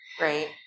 Right